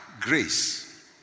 grace